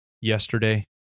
yesterday